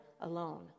alone